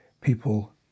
people